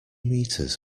meters